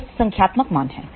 ये संख्यात्मक मान हैं